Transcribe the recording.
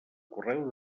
correu